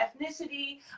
ethnicity